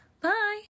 Bye